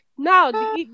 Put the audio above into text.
Now